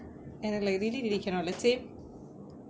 and I like really really really cannot let's say